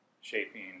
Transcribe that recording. shaping